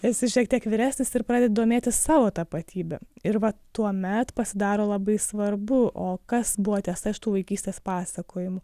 esi šiek tiek vyresnis ir pradedi domėtis savo tapatybe ir vat tuomet pasidaro labai svarbu o kas buvo tiesa iš tų vaikystės pasakojimų